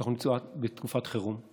שאנחנו מצויים בתקופת חירום.